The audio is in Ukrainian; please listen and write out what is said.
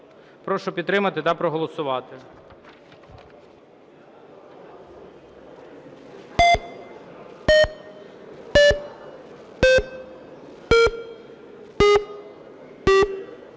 Прошу підтримати та проголосувати.